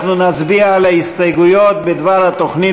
אנחנו נצביע על ההסתייגויות בדבר התוכנית